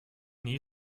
new